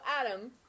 adam